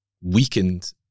weakened